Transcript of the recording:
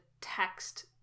text